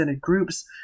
groups